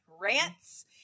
rants